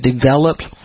developed